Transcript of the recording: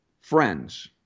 friends